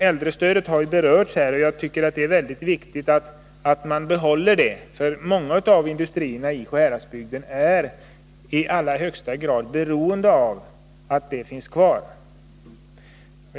Äldrestödet har berörts här, och jag tycker att det är mycket viktigt att man behåller det. Många av industrierna i Sjuhäradsbygden är nämligen i allra högsta grad beroende av att det finns kvar.